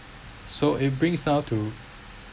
so it brings now to